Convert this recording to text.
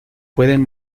pueden